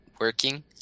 working